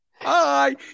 hi